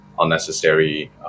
unnecessary